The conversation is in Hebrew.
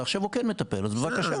ועכשיו היא כן מטפלת אז בבקשה.